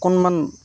অকণমান